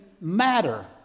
matter